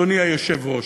אדוני היושב-ראש.